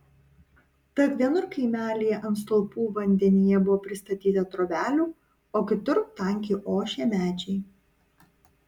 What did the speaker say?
tad vienur kaimelyje ant stulpų vandenyje buvo pristatyta trobelių o kitur tankiai ošė medžiai